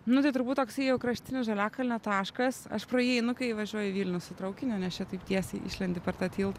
nu tai turbūt toksai jau kraštinis žaliakalnio taškas aš pro jį einu kai važiuoju į vilnių su traukiniu nes čia taip tiesiai išlendi per tą tiltą